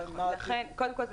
קודם כול,